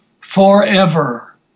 forever